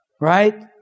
Right